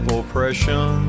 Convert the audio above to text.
oppression